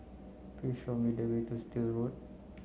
please show me the way to Still Road